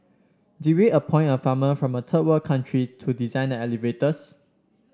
did we appoint a farmer from a third world country to design the elevators